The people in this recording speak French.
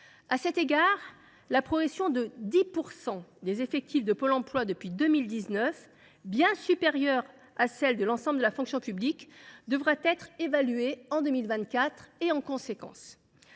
À cet égard, la progression de 10 % des effectifs de Pôle emploi depuis 2019, bien supérieure à celle de l’ensemble de la fonction publique, devra être évaluée en 2024 en conséquence.